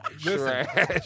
Trash